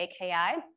AKI